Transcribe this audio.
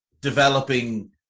developing